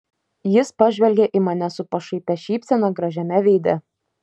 jis pažvelgė į mane su pašaipia šypsena gražiame veide